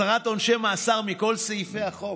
הסרת עונשי מאסר מכל סעיפי החוק,